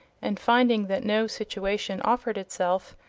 and finding that no situation offered itself,